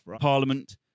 Parliament